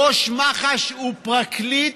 ראש מח"ש הוא פרקליט,